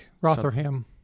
Rotherham